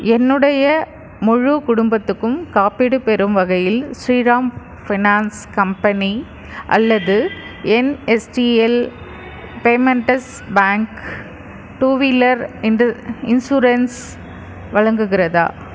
என்னுடைய முழு குடும்பத்துக்கும் காப்பீடு பெறும் வகையில் ஸ்ரீராம் ஃபினான்ஸ் கம்பெனி அல்லது NSDL payments bank two wheeler insurance வழங்குகிறதா